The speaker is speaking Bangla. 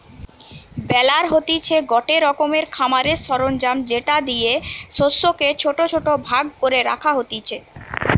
বেলার হতিছে গটে রকমের খামারের সরঞ্জাম যেটা দিয়ে শস্যকে ছোট ছোট ভাগ করে রাখা হতিছে